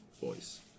voice